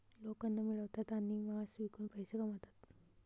लोक अन्न मिळवतात आणि मांस विकून पैसे कमवतात